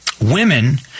Women